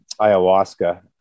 ayahuasca